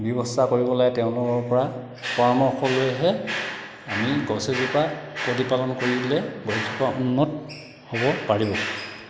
ব্যৱস্থা কৰিব লাগে তেওঁলোকৰ পৰা পৰামৰ্শলৈহে আমি গছ এজোপা প্ৰতিপালন কৰিলে গছজোপা উন্নত হ'ব পাৰিব